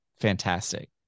fantastic